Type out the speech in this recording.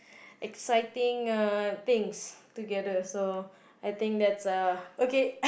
exciting uh things together so I think that's a